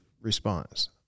response